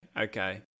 Okay